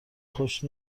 خوش